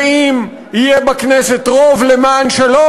ואם יהיה בכנסת רוב למען שלום,